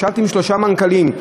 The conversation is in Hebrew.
וישבתי עם שלושה מנכ"לים,